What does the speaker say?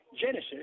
Genesis